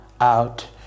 out